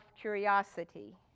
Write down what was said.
curiosity